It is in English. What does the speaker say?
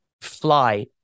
fly